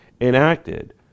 enacted